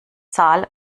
zahl